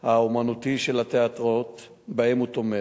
האמנותי של התיאטראות שבהם הוא תומך,